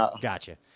gotcha